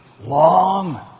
long